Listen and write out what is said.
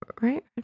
right